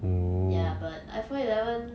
ya but iphone eleven